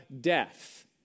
death